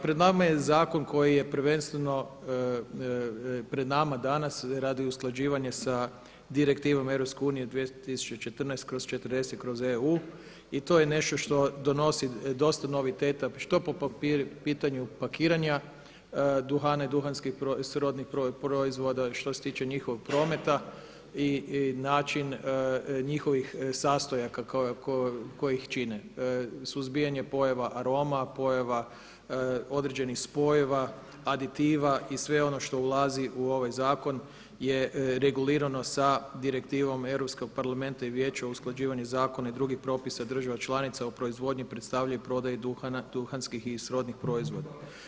Pred nama je zakon koji je prvenstveno pred nama danas radi usklađivanja sa Direktivom EU 2014/40/EU i to je nešto što donosi dosta noviteta što po pitanju pakiranja duhana i duhanski srodnih proizvoda, što se tiče njihovog prometa i način njihovih sastojaka koje ih čine, suzbijanje pojava aroma, pojava određenih spojeva, aditiva i sve ono što ulazi u ovaj zakon je regulirano sa direktivom Europskog parlamenta i Vijeća usklađivanja zakona i drugih propisa država članica u proizvodnji, predstavljanju i prodaji duhana, duhanskih i srodnih proizvoda.